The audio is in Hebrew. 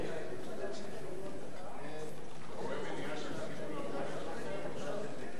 חבר הכנסת דוד רותם.